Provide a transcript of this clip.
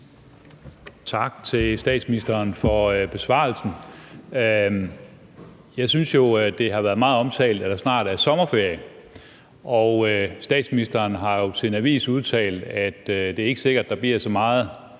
Tak til statsministeren for besvarelsen. Jeg synes jo, at det har været meget omtalt, at der snart er sommerferie, og statsministeren har til en avis udtalt, at det ikke er sikkert, at der bliver så meget